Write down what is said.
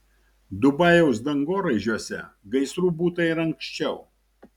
dubajaus dangoraižiuose gaisrų būta ir anksčiau